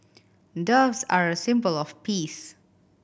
doves are a symbol of peace